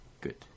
Good